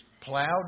plowed